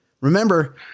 Remember